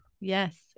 Yes